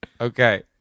Okay